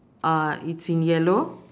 uh it's in yellow